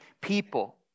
people